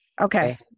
Okay